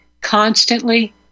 constantly